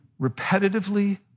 repetitively